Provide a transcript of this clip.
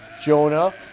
Jonah